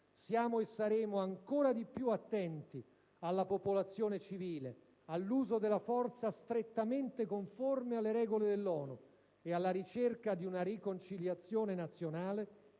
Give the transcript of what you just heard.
siamo e saremo ancora di più attenti alla popolazione civile, all'uso della forza strettamente conforme alle regole dell'ONU e alla ricerca di una riconciliazione nazionale